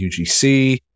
UGC